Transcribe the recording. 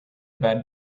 bad